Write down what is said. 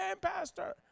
pastor